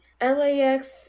LAX